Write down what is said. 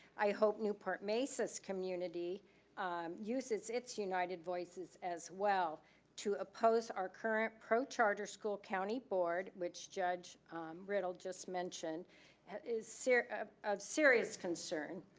i hope newport-mesa's community uses its united voices as well to oppose our current pro-charter school county board, which judge riddle just mentioned. it is of of serious concern,